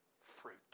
fruit